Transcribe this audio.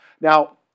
Now